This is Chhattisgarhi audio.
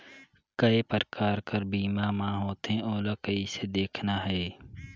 काय प्रकार कर बीमा मा होथे? ओला कइसे देखना है?